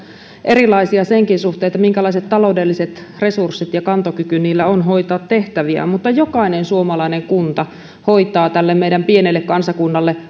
erilaisia senkin suhteen minkälaiset taloudelliset resurssit ja kantokyky niillä on hoitaa tehtäviään mutta jokainen suomalainen kunta hoitaa tälle meidän pienelle kansakunnallemme